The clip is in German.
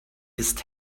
ist